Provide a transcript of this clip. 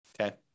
Okay